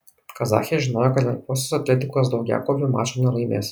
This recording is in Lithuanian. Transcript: kazachės žinojo kad lengvosios atletikos daugiakovių mačo nelaimės